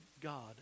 God